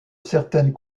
certaines